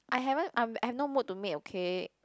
I haven't I'm I'm no mood to make okay